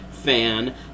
fan